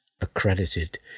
accredited